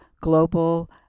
global